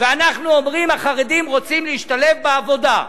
ואנחנו אומרים, החרדים רוצים להשתלב בעבודה.